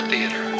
Theater